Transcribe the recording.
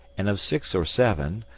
and of six or seven,